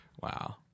Wow